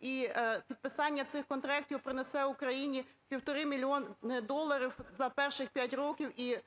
І підписання цих контрактів принесе Україні півтора мільйони доларів за перші 5 років. І